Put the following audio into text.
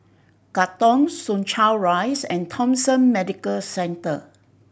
Katong Soo Chow Rise and Thomson Medical Center